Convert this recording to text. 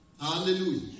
Hallelujah